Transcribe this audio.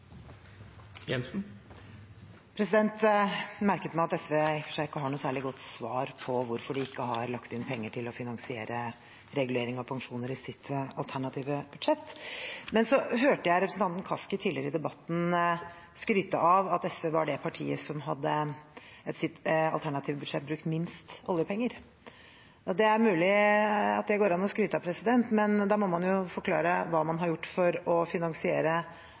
Jeg merket meg at SV i og for seg ikke har noe særlig godt svar på hvorfor de ikke har lagt inn penger til å finansiere regulering av pensjoner i sitt alternative budsjett. Men så hørte jeg representanten Kaski tidligere i debatten skryte av at SV var det partiet som i sitt alternative budsjett hadde brukt minst oljepenger. Ja, det er mulig at det går an å skryte av det, men da må man forklare hva man har gjort for å finansiere